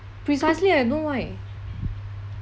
precisely I don't know why